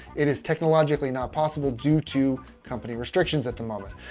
it is technologically not possible due to company restrictions at the moment.